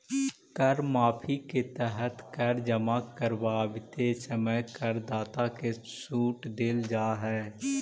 कर माफी के तहत कर जमा करवावित समय करदाता के सूट देल जाऽ हई